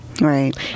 Right